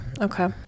Okay